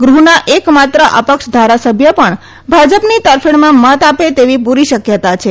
ગૃહના એક માત્ર અપક્ષ ધારાસભ્ય પણ ભાજપની તરફેણમાં મત આપે તેવી પુરી શકયતા છે